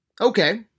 okay